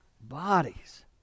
bodies